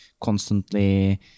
constantly